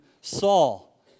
Saul